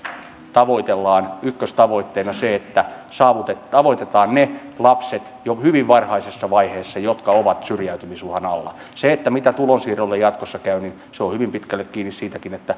tavoitellaan ykköstavoitteena sitä että tavoitetaan jo hyvin varhaisessa vaiheessa ne lapset jotka ovat syrjäytymisuhan alla se mitä tulonsiirrolle jatkossa käy on hyvin pitkälle kiinni siitäkin